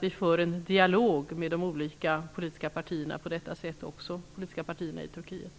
Vi för alltså på detta sätt en dialog med de olika politiska partierna i Turkiet.